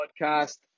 podcast